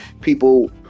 people